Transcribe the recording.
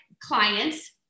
clients